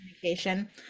communication